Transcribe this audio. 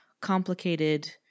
complicated